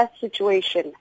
situation